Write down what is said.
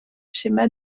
schéma